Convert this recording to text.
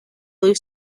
blue